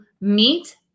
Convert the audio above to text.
meet